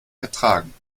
ertragen